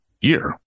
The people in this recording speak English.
year